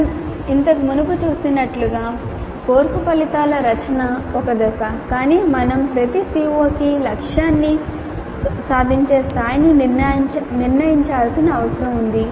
మేము ఇంతకు మునుపు చూసినట్లుగా కోర్సు ఫలితాల రచన ఒక దశ కానీ మేము ప్రతి CO కి లక్ష్యాన్ని సాధించే స్థాయిని నిర్ణయించాల్సిన అవసరం ఉంది